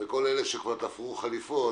וכל אלה שתפרו כבר חליפות,